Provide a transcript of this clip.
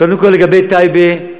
קודם כול לגבי טייבה,